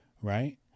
right